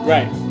Right